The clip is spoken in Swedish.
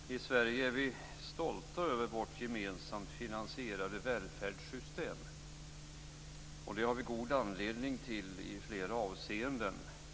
Fru talman! I Sverige är vi stolta över vårt gemensamt finansierade välfärdssystem, och det har vi god anledning till i flera avseenden.